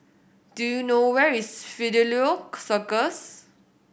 do you know where is Fidelio Circus